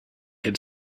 had